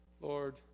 Lord